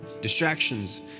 distractions